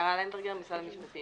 יערה למברגר, משרד המשפטים.